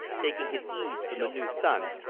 taking his ease from the new sun,